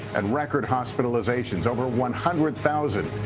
and record hospitalizations, over one hundred thousand.